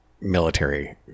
military